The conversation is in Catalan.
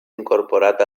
incorporat